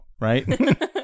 Right